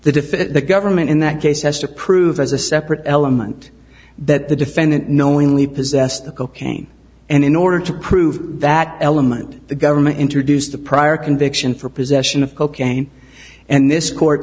it the government in that case has to prove as a separate element that the defendant knowingly possessed the cocaine and in order to prove that element the government introduced the prior conviction for possession of cocaine and this court